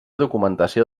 documentació